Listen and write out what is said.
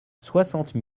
soixante